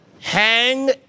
Hang